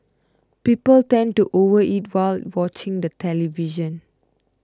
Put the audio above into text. people tend to overeat while watching the television